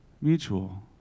Mutual